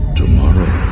tomorrow